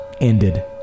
ended